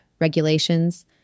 regulations